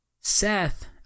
Seth